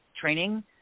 training